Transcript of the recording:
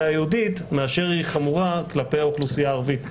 היהודית מאשר היא חמורה כלפי האוכלוסייה הערבית.